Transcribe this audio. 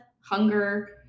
hunger